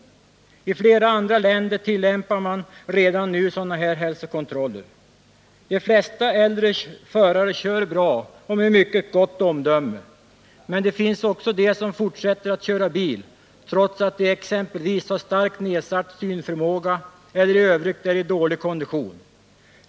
I flera andra länder tillämpar man redan nu sådana hälsokontroller. De flesta äldre förare kör bra och med mycket gott omdöme. Men det finns också de som fortsätter att köra bil trots att de exempelvis har starkt nedsatt synförmåga eller i övrigt är i dålig kondition.